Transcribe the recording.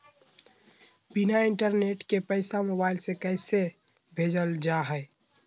बिना इंटरनेट के पैसा मोबाइल से कैसे भेजल जा है?